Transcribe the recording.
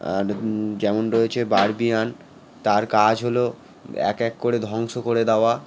আর যেমন রয়েছে বারবিয়ান তার কাজ হলো এক এক করে ধ্বংস করে দাওয়া